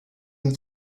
and